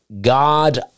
God